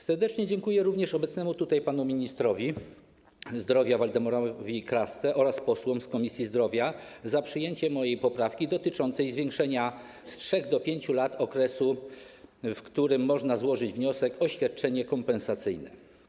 Serdecznie dziękuję również obecnemu panu ministrowi zdrowia Waldemarowi Krasce oraz posłom z Komisji Zdrowia za przyjęcie mojej poprawki dotyczącej zwiększenia z 3 do 5 lat okresu, w którym można złożyć wniosek o świadczenie kompensacyjne.